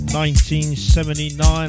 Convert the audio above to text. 1979